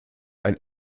ein